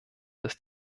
dass